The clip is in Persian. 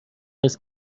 است